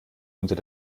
unter